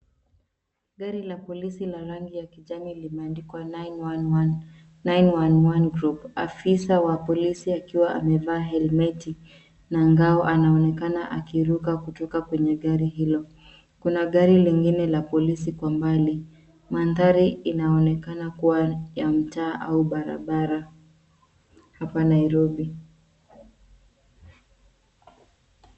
Gari la polisi la rangi ya kijani limendikwa 911 Group . Afisa wa polisi akiwa amevaa helmeti na ngao; anaonekana akiruka kutoka kwenye gari hilo. Kuna gari lingine la polisi kwa mbali. Mandhari inaonekana kuwa ya mtaa au barabara hapa Nairobi.